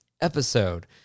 episode